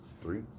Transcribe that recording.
Three